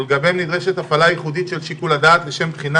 ולגביהם נדרשת הפעלה ייחודית של שיקול הדעת לשם בחינה